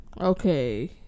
okay